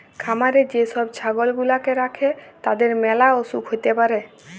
খামারে যে সব ছাগল গুলাকে রাখে তাদের ম্যালা অসুখ হ্যতে পারে